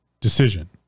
decision